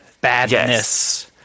badness